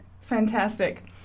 fantastic